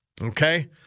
Okay